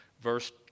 Verse